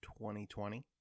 2020